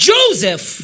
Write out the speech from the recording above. Joseph